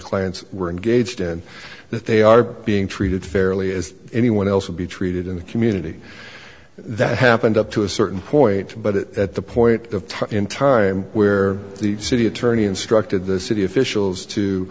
clients were engaged in that they are being treated fairly as anyone else would be treated in the community that happened up to a certain point but at the point of time in time where the city attorney instructed the city officials to